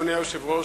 אדוני היושב-ראש,